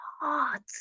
heart